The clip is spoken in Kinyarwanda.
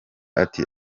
ati